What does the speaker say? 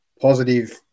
positive